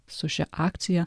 su šia akcija